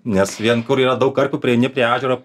nes vien kur yra daug karpių prieini prie ežero